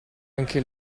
anche